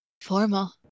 formal